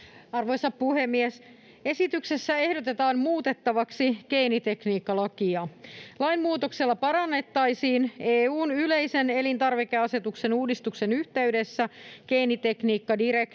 Arvoisa puhemies! Esityksessä ehdotetaan muutettavaksi geenitekniikkalakia. Lainmuutoksella pantaisiin täytäntöön EU:n yleisen elintarvikeasetuksen uudistuksen yhteydessä geenitekniikkadirektiiviin